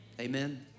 Amen